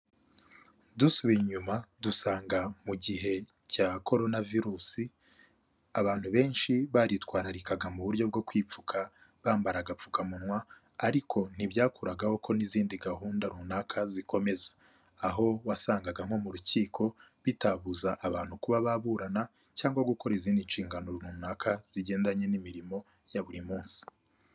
Dusubiye inyuma dusanga mu gihe cya korona virusi abantu benshi baritwararikaga mu buryo bwo kwipfuka bambara agapfukamunwa, ariko ntibyakuragaho ko n'izindi gahunda runaka zikomeza aho wasangagamo mu rukiko bitabuza abantu kuba baburana cyangwa gukora izindi nshingano runaka zigendanye n'imirimo ya buri munsi.